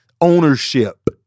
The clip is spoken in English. Ownership